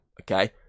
okay